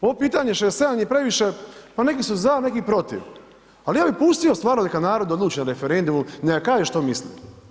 Ovo pitanje „67 je previše“, pa neki su za, neki protiv, ali ja bi pustio stvarno neka narod odluči na referendumu, neka kaže što misli.